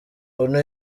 onu